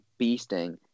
beasting